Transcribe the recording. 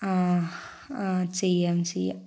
ആ ആ ചെയ്യാം ചെയ്യാം